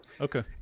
Okay